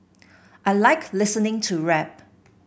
I like listening to rap